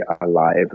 alive